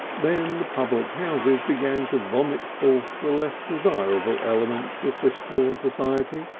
then the public houses began to vomit forth the less desirable elements of fishbourne society,